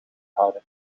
houden